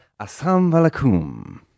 assalamualaikum